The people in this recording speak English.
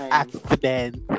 accident